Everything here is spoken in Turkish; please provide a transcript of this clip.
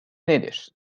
nedir